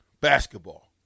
Basketball